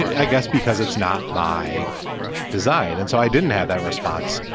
i guess because it's not my design. and so i didn't have that response.